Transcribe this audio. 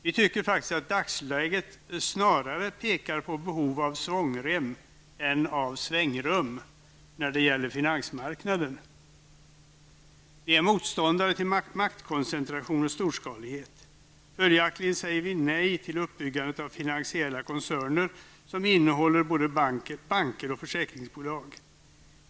Vi tycker faktiskt att dagsläget snarare pekar på behovet av svångrem, inte på behovet av svängrum, när det gäller finansmarknaden. Vi är motståndare till maktkoncentration och storskalighet. Följaktligen säger vi nej till uppbyggandet av finansiella koncerner som innehåller både banker och försäkringsbolag.